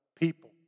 people